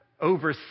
over